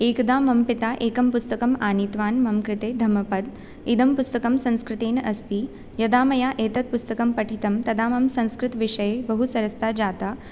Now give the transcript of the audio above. एकदा मम पिता एकं पुस्तकम् आनीतवान् मम कृते धम्मपद् इदं पुस्तकं संस्कृतेन अस्ति यदा मया एतत् पुस्तकं पठितं तदा मम संस्कृतविषये बहु सरसता जाता